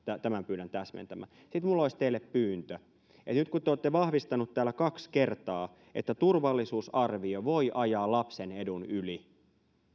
tämän pyydän täsmentämään sitten minulla olisi teille pyyntö eli nyt kun te olette vahvistanut täällä kaksi kertaa että turvallisuusarvio voi ajaa lapsen edun yli